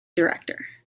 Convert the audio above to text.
director